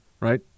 Right